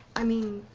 i mean,